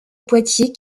poitiers